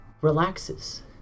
relaxes